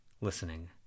listening